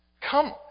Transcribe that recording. Come